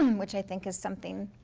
um which i think is something